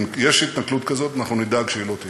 אם יש התנכלות כזאת, אנחנו נדאג שהיא לא תהיה.